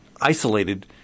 isolated